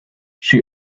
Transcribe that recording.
she